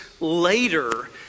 later